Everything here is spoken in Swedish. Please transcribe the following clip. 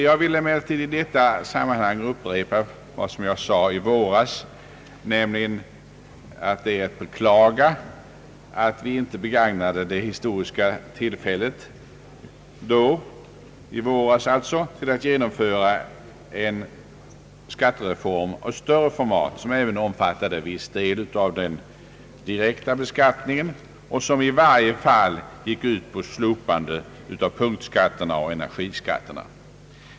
Jag vill emellertid i detta sammanhang upprepa vad jag sade i våras, nämligen att det är att beklaga att vi inte då — i våras alltså — begagnade det historiska tillfället till att genomföra en skattereform av större format, som omfattade även en viss del av den direkta beskattningen och som i varje fall hade gått ut på ett slopande av punktskatterna och energiskatten.